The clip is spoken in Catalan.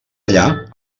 allà